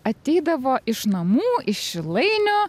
ateidavo iš namų iš šilainių